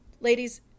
Ladies